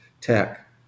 Tech